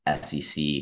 SEC